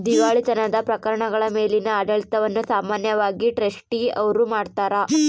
ದಿವಾಳಿತನದ ಪ್ರಕರಣಗಳ ಮೇಲಿನ ಆಡಳಿತವನ್ನು ಸಾಮಾನ್ಯವಾಗಿ ಟ್ರಸ್ಟಿ ಅವ್ರು ಮಾಡ್ತಾರ